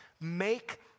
make